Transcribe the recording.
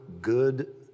good